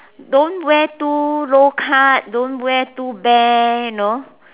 don't wear too low cut don't wear too bare you know